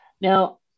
Now